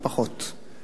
אדוני היושב-ראש,